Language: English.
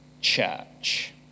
church